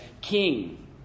king